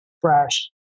fresh